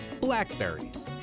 blackberries